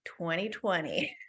2020